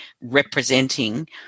representing